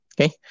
Okay